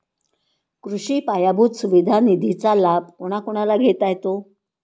कृषी पायाभूत सुविधा निधीचा लाभ कोणाकोणाला घेता येतो?